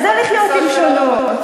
תלמדי לחיות עם שונות.